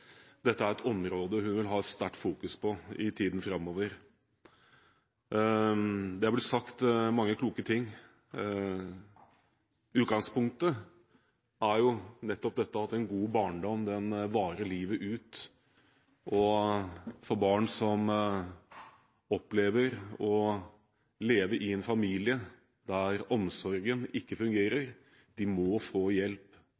dette er et område hun vil ha sterkt fokus på i tiden framover. Det er blitt sagt mange kloke ting. Utgangspunktet er nettopp dette at en god barndom varer livet ut. Barn som opplever å leve i en familie der omsorgen ikke fungerer, må få hjelp